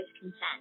consent